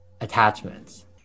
attachments